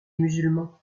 musulmans